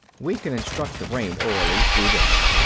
we can instruct the brain orally, through this.